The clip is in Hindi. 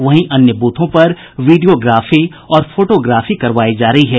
वहीं अन्य ब्रथों पर वीडियोग्राफी और फोटोग्राफी करवायी जा रही है